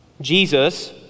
Jesus